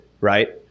right